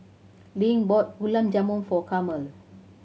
Link bought Gulab Jamun for Carmel